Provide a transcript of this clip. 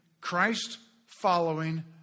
Christ-following